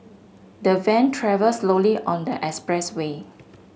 the van travelled slowly on the expressway